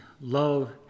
love